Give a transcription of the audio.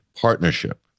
partnership